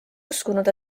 uskunud